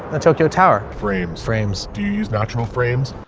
the tokyo tower, frames, frames. do you use natural frames?